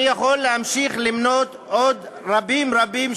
אני יכול להמשיך ולמנות עוד דברים רבים-רבים.